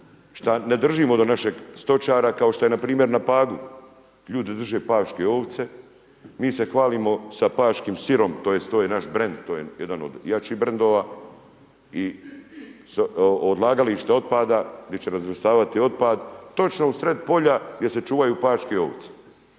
ne držimo do našeg stočara kao što je npr. na Pagu, ljudi drže paške ovce mi se hvalimo sa paškim sirom tj. to je naš brend to je jedan od jačih brendova i odlagalište otpada, gdi će razvrstavati otpad, točno u sred polja gdje se čuvaju paške ovce.